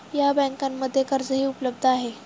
या बँकांमध्ये कर्जही उपलब्ध आहे